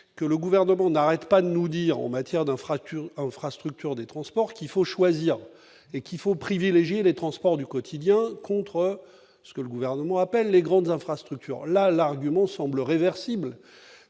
que le gouvernement n'arrête pas de nous dire en matière de fracture infrastructures des transports qu'il faut choisir et qu'il faut privilégier les transports du quotidien contre ce que le gouvernement appelle les grandes infrastructures là l'argument semble réversible